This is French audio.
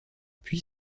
puis